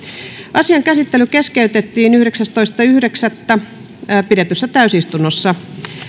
asian käsittely keskeytettiin yhdeksästoista yhdeksättä kaksituhattakahdeksantoista pidetyssä täysistunnossa